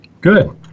Good